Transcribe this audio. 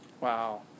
wow